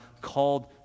called